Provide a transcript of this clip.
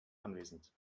anwesend